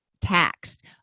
taxed